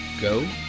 go